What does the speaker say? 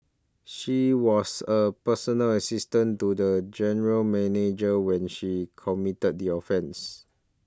she was a personal assistant to the general manager when she committed the offences